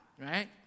right